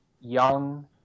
young